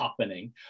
happening